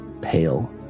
pale